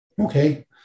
okay